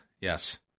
Yes